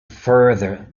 further